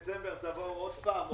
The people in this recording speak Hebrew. בדצמבר תבואו עוד פעם?